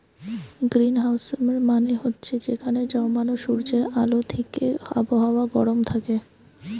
গ্রীনহাউসের মানে হচ্ছে যেখানে জমানা সূর্যের আলো থিকে আবহাওয়া গরম থাকে